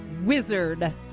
wizard